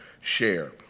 share